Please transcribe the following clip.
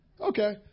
okay